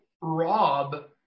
Rob